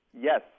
Yes